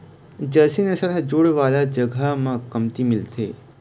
Jersey नसल ह जूड़ वाला जघा म कमती मिलथे